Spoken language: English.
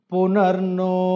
Punarno